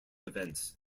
events